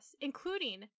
including